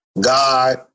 God